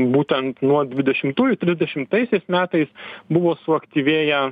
būtent nuo dvidešimtųjų trisdešimtaisiais metais buvo suaktyvėję